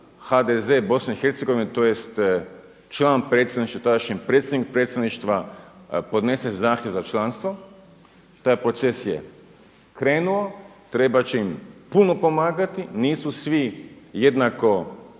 HDZ BiH tj. članovi predsjedništva tadašnji, predsjednik predsjedništva podnese zahtjev za članstvo. Taj proces je krenuo, trebat će im puno pomagati, nisu svi jednako